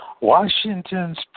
Washington's